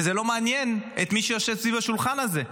וזה לא מעניין את מי שיושב סביב השולחן הזה.